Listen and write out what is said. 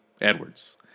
Edwards